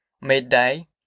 Midday